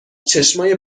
چشمای